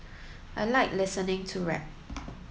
I like listening to rap